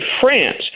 France